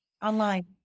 online